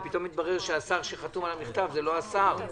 ופתאום התברר שהשר שחתום על המכתב זה לא השר,